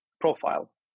profile